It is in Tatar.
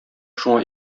шуңа